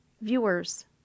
viewers